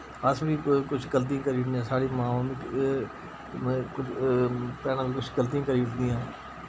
अस वी कुछ गल्ती करी ओड़ने साढ़ी मां भैनां वी कुछ गल्तियां करी ओड़दियां